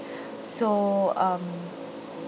so um